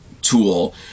tool